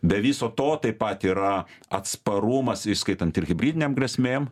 be viso to taip pat yra atsparumas įskaitant ir hibridinėm grėsmėm